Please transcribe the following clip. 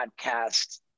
podcast